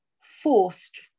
forced